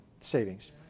savings